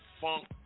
funk